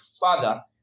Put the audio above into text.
father